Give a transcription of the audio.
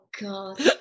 god